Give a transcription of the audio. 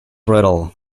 brittle